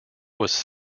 was